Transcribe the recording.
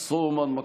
בברכת צום מקובל